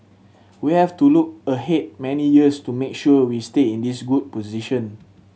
we have to look ahead many years to make sure we stay in this good position